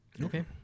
Okay